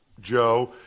Joe